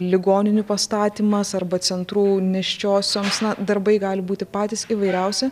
ligoninių pastatymas arba centrų nėščiosioms darbai gali būti patys įvairiausi